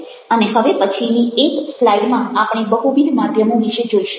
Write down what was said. અને હવે પછીની એક સ્લાઈડ માં આપણે બહુવિધ માધ્યમો વિશે જોઈશું